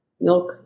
milk